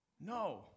No